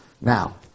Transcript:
Now